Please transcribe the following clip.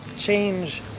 change